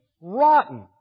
rotten